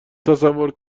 تصور